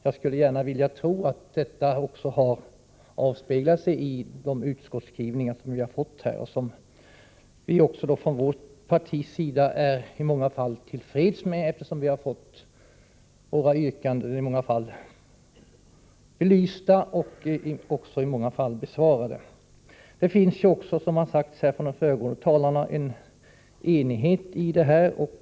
Jag vill gärna tro att detta har avspeglat sig i utskottets skrivning i detta sammanhang, vilken vi från vpk i många fall är till freds med. Många av våra yrkanden har blivit belysta, och i många fall har våra önskemål tillgodosetts. Det råder, vilket sagts av föregående talare här, enighet i den här frågan.